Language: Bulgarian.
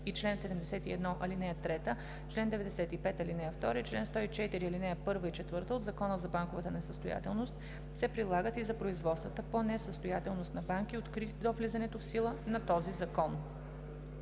2, чл. 71, ал. 3, чл. 95, ал. 2 и чл. 104, ал. 1 и 4 от Закона за банковата несъстоятелност се прилагат и за производствата по несъстоятелност на банки, открити до влизането в сила на този закон.“